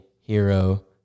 Hero